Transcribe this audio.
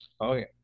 Okay